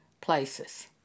places